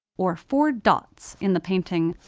or four dots in the painting,